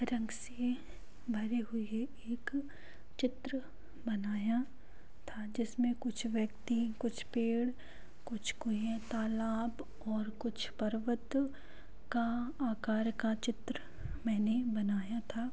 रंग से भरे हुए एक चित्र बनाया था जिसमें कुछ व्यक्ति कुछ पेड़ कुछ कुएँ तालाब और कुछ पर्वत का आकार का चित्र मैंने बनाया था